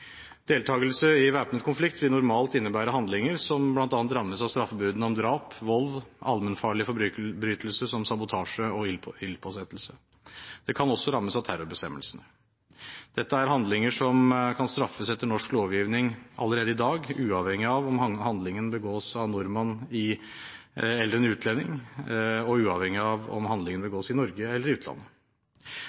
Deltakelse i væpnet konflikt vil normalt innebære handlinger som bl.a. rammes av straffebudene om drap, vold og allmennfarlig forbrytelse som sabotasje og ildspåsettelse. Det kan også rammes av terrorbestemmelsene. Dette er handlinger som allerede i dag kan straffes etter norsk lovgivning, uavhengig av om handlingen begås av en nordmann eller en utlending, og uavhengig av om handlingen begås i Norge eller i utlandet.